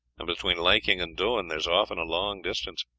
and between liking and doing there is often a long distance.